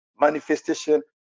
manifestation